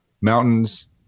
mountains